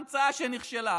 המצאה שנכשלה.